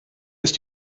ist